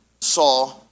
saw